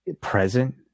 present